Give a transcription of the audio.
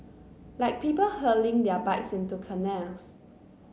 like people hurling their bikes into canals